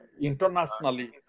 internationally